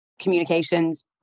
communications